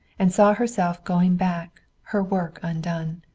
and saw herself going back, her work undone,